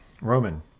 Roman